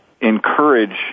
encourage